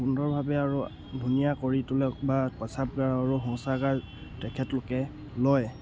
সুন্দৰভাৱে আৰু ধুনীয়া কৰি তোলে বা প্ৰস্ৰাবগাৰ আৰু শৌচাগাৰ তেখেতলোকে লয়